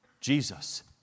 Jesus